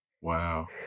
Wow